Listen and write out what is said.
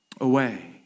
away